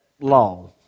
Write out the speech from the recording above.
law